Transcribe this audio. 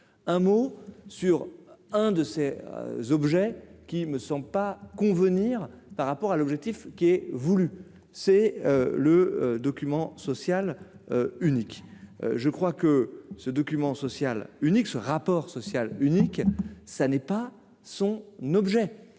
un mot sur un de ces objets qui me sont pas convenir par rapport à l'objectif qui est voulu, c'est le document social unique, je crois que ce document social unique ce rapport social unique, ça n'est pas son n'objet